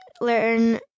learn